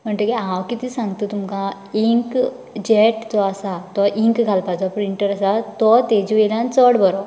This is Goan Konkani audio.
म्हणटकीर हांव कितें सांगता तुमका इंक जेट जो आसा तो इंक घालपाचो प्रिन्टर आसा तो तेजेवयल्यान चड बरो